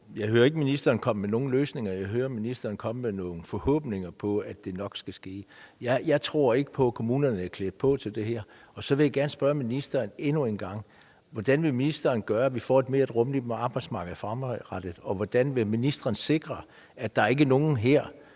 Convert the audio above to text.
Jeg hører ikke ministeren komme med nogen løsning. Jeg hører ministeren komme med nogle forhåbninger om, at det nok skal ske. Jeg tror ikke på, at kommunerne er klædt på til det her. Og så vil jeg gerne endnu en gang spørge ministeren: Hvad vil ministeren gøre for, at vi fremadrettet får et mere rummeligt arbejdsmarked? Og hvordan vil ministeren sikre, at der ikke er nogen, der